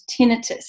Tinnitus